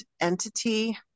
entity